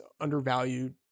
undervalued